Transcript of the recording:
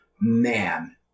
man